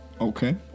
Okay